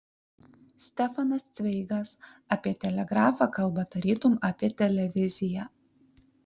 stefanas cveigas apie telegrafą kalba tarytum apie televiziją